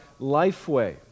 LifeWay